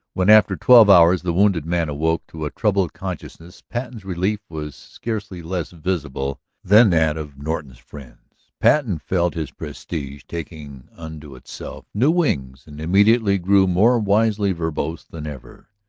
when, after twelve hours, the wounded man awoke to a troubled consciousness patten's relief was scarcely less visible than that of norton's friends. patten felt his prestige taking unto itself new wings and immediately grew more wisely verbose than ever.